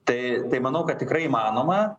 tai tai manau kad tikrai įmanoma